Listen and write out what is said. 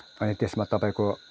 अनि त्यसमा तपाईँको